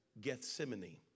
Gethsemane